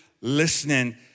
listening